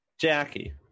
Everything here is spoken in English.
Jackie